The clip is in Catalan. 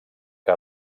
que